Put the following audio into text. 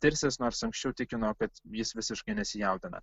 tirsis nors anksčiau tikino kad jis visiškai nesijaudina